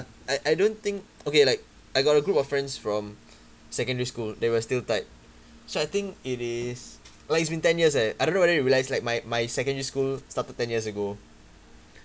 I I don't think okay like I got a group of friends from secondary school they were still tight so I think it is like it's been ten years eh I don't know whether you realize like my my secondary school started ten years ago